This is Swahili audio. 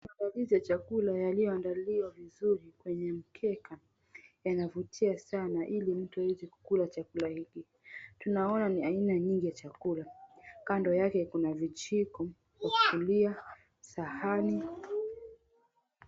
Chakula yaliyoandaliwa vizuri kwenye mkeka yanavutia sana ili mtu aweze kula chakula hiki. Tunaona ni aina nyingi ya chakula. Kando yake kuna vijiko vya kulia sahani.